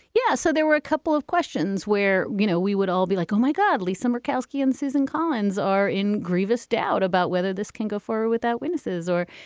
yeah so there were a couple of questions where, you know, we would all be like, oh, my god, lisa murkowski and susan collins are in grievous doubt about whether this can go forward without witnesses or,